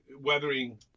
weathering